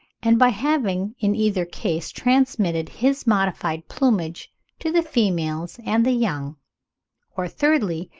and by having in either case transmitted his modified plumage to the females and the young or, thirdly,